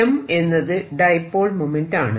m എന്നത് dipole moment ആണ്